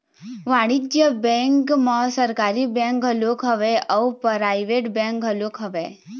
वाणिज्य बेंक म सरकारी बेंक घलोक हवय अउ पराइवेट बेंक घलोक हवय